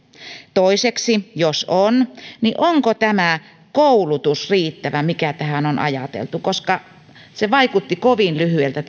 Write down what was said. toiseksi jos on niin onko tämä koulutus riittävä mikä tähän on ajateltu tämä kurssimuotoinen koulutus vaikutti kovin lyhyeltä